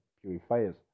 purifiers